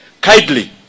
Kindly